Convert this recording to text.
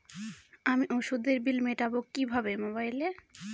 আমি ওষুধের বিল মেটাব কিভাবে মোবাইলে?